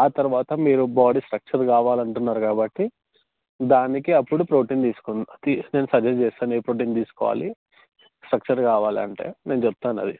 ఆ తరువాత మీరు బాడీ స్ట్రక్చర్ కావాలి అంటున్నారు కాబట్టి దానికి అప్పుడు ప్రోటీన్ తీసుకుందాము తీ నేను సజెస్ట్ చేస్తాను ఏ ప్రోటీన్ తీసుకోవాలి స్ట్రక్చర్ కావాలి అంటే నేను చెప్తాను అది